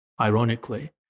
ironically